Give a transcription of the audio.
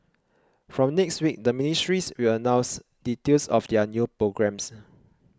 from next week the ministries will announce details of their new programmes